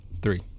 Three